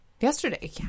yesterday